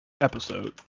episode